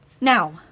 Now